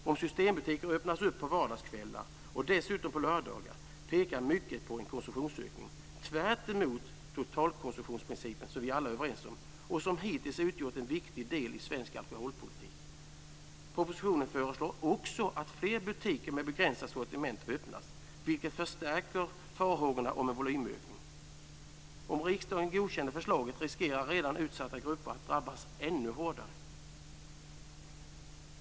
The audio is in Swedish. Om Systembutikerna öppnas på vardagskvällar och dessutom på lördagar pekar mycket på en konsumtionsökning, tvärtemot totalkonsumtionsprincipen som vi alla är överens om och som hittills utgjort en viktig del i svensk alkoholpolitik. Propositionen föreslår också att fler butiker med begränsat sortiment öppnas, vilket förstärker farhågorna om en volymökning. Om riksdagen godkänner förslaget riskerar redan utsatta grupper att drabbas ännu hårdare.